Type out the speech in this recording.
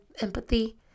empathy